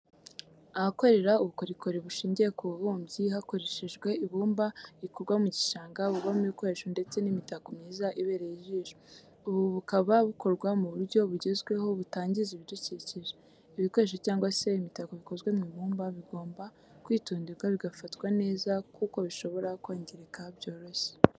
Ahakorera ubukorikori bushingiye ku bubumbyi hakoreshejwe ibumba rikurwa mu gishanga buvamo ibikoresho ndetse n'imitako myiza ibereye ijisho, ubu bukaba bukorwa mu buryo bugezweho butangiza ibidukikije, ibikoresho cyangwa se imitako bikozwe mu ibumba bigomba kwitonderwa bigafatwa neza kuko bishobora kwangirika byoroshye.